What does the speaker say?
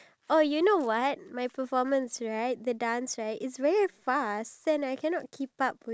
they just think of the money only they just think of themself